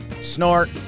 Snort